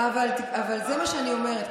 זה מה שאני אומרת.